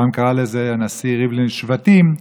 פעם קרא לזה הנשיא ריבלין "שבטים",